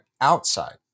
outside